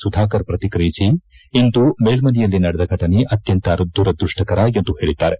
ಸುಧಾಕರ್ ಪ್ರತಿಕಿಯಿಸಿ ಇಂದು ಮೇಲ್ಮನೆಯಲ್ಲಿ ನಡೆದ ಘಟನೆ ಅತ್ಕಂತ ದುರದೃಷ್ಟಕರ ಎಂದು ಹೇಳಿದ್ದಾರೆ